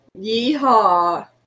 Yeehaw